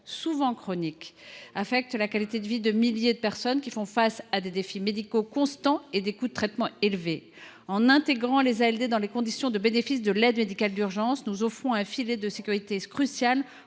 souvent chroniques affectent la qualité de vie de milliers de personnes, qui font face à des défis médicaux constants et à des coûts de traitement élevés. En intégrant les ALD dans le bénéfice de l’aide médicale d’urgence, nous leur offrons un filet de sécurité crucial